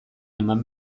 eman